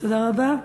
תודה רבה.